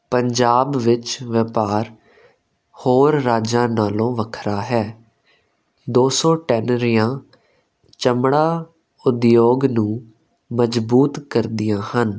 ਪੰਜਾਬ ਵਿੱਚ ਵਪਾਰ ਹੋਰ ਰਾਜਾਂ ਨਾਲੋਂ ਵੱਖਰਾ ਹੈ ਦੋ ਸੋ ਟੈਲਰੀਆਂ ਚਮੜਾ ਉਦਯੋਗ ਨੂੰ ਮਜ਼ਬੂਤ ਕਰਦੀਆਂ ਹਨ